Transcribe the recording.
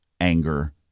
anger